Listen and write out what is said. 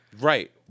Right